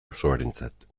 osoarentzat